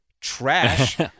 trash